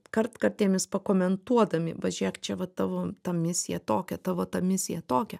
kartkartėmis pakomentuodami va žiūrėk čia va tavo ta misija tokia tavo ta misija tokia